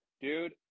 dude